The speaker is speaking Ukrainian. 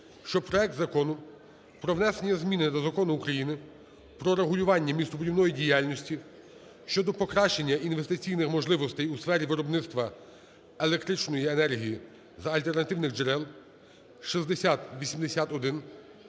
що проект Закону про внесення зміни до Закону України "Про регулювання містобудівної діяльності" щодо покращення інвестиційних можливостей у сфері виробництва електричної енергії за альтернативних джерел (6081